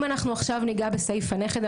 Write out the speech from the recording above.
אם אנחנו עכשיו ניגע בסעיף הנכד,